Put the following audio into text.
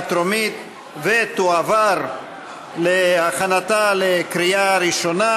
בקריאה טרומית ותועבר להכנה לקריאה ראשונה